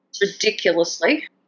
ridiculously